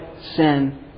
sin